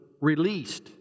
released